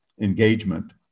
engagement